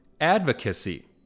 advocacy